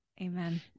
Amen